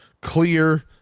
clear